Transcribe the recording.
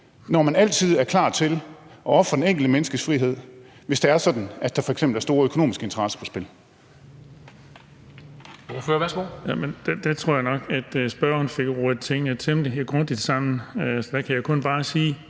når man altid er klar til at ofre det enkelte menneskes frihed, hvis det er sådan, at der f.eks. er store økonomiske interesser på spil?